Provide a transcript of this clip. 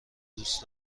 دوست